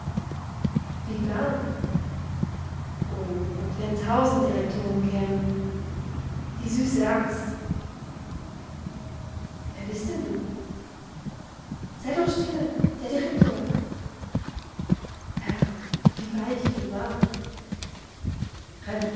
wie warm oh und wenn tausend direktoren kämen die süße angst wer bist denn du sei doch stille der direktor herrgott wie weich und warm